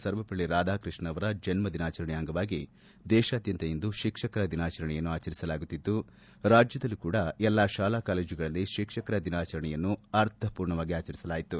ಸರ್ವಪಲ್ಲಿ ರಾಧಾಕೃಷ್ಣ ಅವರ ಜನ್ಮ ದಿನಾಚರಣೆಯ ಅಂಗವಾಗಿ ದೇಶಾದ್ಯಂತ ಇಂದು ಶಿಕ್ಷಕರ ದಿನಾಚರಣೆಯನ್ನು ಆಚರಿಸಲಾಗುತ್ತಿದ್ದು ರಾಜ್ಯದಲ್ಲೂ ಕೂಡ ಎಲ್ಲಾ ಶಾಲಾ ಕಾಲೇಜುಗಳಲ್ಲಿ ಶಿಕ್ಷಕರ ದಿನಾಚರಣೆಯನ್ನು ಅರ್ಥಮೂರ್ಣವಾಗಿ ಆಚರಿಸಲಾಯಿತು